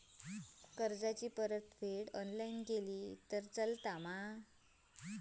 कर्जाची परतफेड ऑनलाइन केली तरी चलता मा?